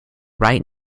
right